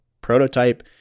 prototype